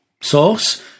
source